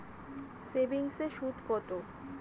সেভিংসে সুদ কত?